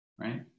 Right